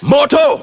Moto